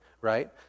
right